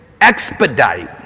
expedite